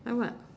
then what